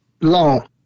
long